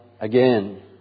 again